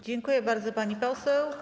Dziękuję bardzo, pani poseł.